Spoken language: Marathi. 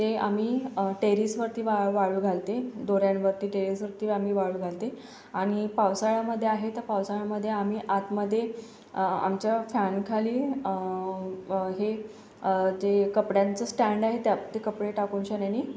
ते आम्ही टेरीसवरती वाळ वाळू घालते दोऱ्यांवरती टेरीसवरती आम्ही वाळू घालते आणि पावसाळ्यामध्ये आहे तर पावसाळ्यामध्ये आम्ही आतमध्ये आमच्या फॅनखाली हे ते कपड्यांच्या स्टँड आहे त्यात ते कपडे टाकून